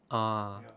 ah